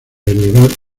elevar